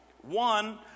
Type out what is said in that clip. one